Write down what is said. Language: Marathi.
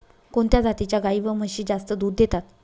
कोणत्या जातीच्या गाई व म्हशी जास्त दूध देतात?